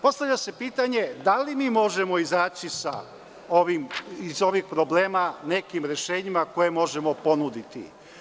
Postavlja se pitanje – da li mi možemo izaći iz ovih problema nekim rešenjima koje možemo ponuditi?